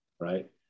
right